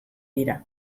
dira